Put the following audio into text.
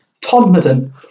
Todmorden